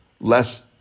less